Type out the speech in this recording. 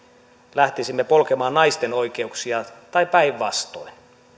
lähtisimme polkemaan naisten oikeuksia tai päinvastoin